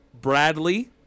Bradley